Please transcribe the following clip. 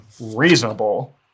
reasonable